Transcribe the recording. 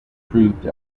proved